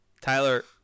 Tyler